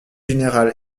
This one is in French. général